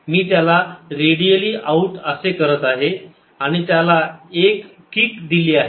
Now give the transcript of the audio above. मी त्याला radially out असे करत आहे आणि त्याला एक किक दिली आहे